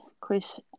Chris